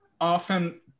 often